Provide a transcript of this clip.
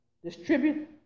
Distribute